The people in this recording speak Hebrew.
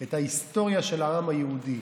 את ההיסטוריה של העם היהודי,